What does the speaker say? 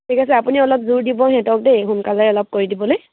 ঠিক আছে আপুনি অলপ জোৰ দিব সিহঁতক দেই সোনকালে অলপ কৰি দিবলে